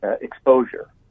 exposure